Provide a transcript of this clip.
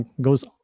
goes